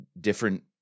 different